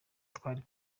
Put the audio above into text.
twari